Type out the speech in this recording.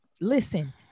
Listen